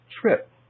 trip